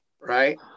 right